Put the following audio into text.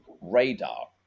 RADAR